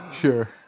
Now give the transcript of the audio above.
Sure